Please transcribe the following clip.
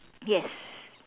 yes